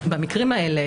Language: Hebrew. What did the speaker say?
במקרים האלה,